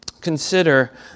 Consider